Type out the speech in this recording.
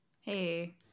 Hey